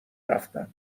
رفتن